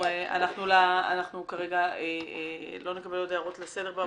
אנחנו כרגע לא נקבל עוד הערות לסדר.